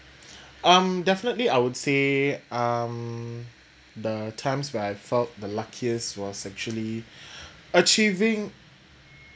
um definitely I would say um the times where I felt the luckiest was actually achieving